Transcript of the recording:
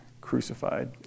crucified